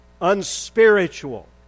unspiritual